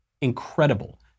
incredible